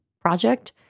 project